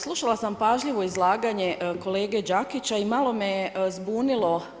Slušala sam pažljivo izlaganje kolege Đakića i malo me je zbunilo.